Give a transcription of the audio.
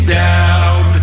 down